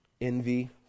envy